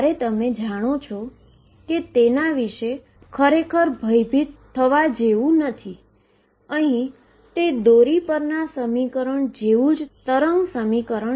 હાઈઝનબર્ગના બે અભિગમ તે શ્રોડિંજર ના સમીકરણ સમાન છે